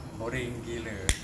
boring gila